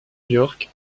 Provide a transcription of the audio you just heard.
york